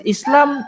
Islam